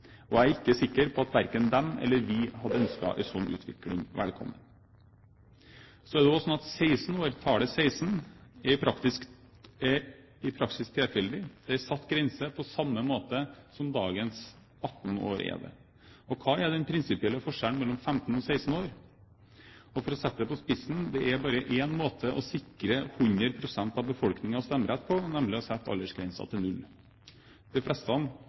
Jeg er ikke sikker på at verken de eller vi hadde ønsket en slik utvikling velkommen. Det er også sånn at tallet 16 i praksis er tilfeldig. Det er en satt grense, på samme måte som dagens 18 år er. Hva er den prinsipielle forskjellen mellom 15 og 16 år? For å sette det på spissen: det er bare én måte å sikre 100 pst. av befolkningen stemmerett på – nemlig å sette aldersgrensen til 0. De aller fleste